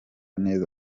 neza